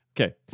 Okay